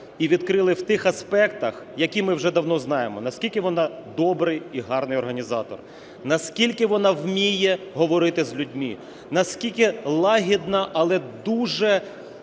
і відкрили в тих аспектах, які ми вже давно знаємо, наскільки вона добрий і гарний організатор, наскільки вона вміє говорити з людьми, наскільки лагідна, але дуже